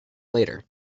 later